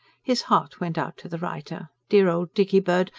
his heart went out to the writer. dear old dickybird!